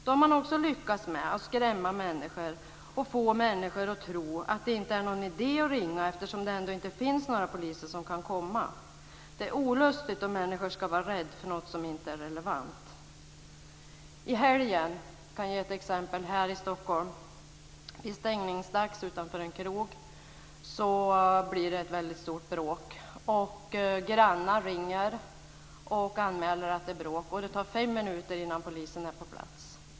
Då har man lyckats med att skrämma människor och få människor att tro att det inte är någon idé att ringa eftersom det ändå inte finns några poliser som kan komma. Det är olustigt om människor ska vara rädda för något som inte är relevant. Jag kan ge ett exempel från helgen i Stockholm. Vid stängningsdags utanför en krog blir det ett stort bråk. Grannar ringer och anmäler att det är bråk. Det tar fem minuter innan polisen är på plats.